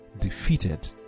defeated